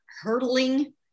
hurtling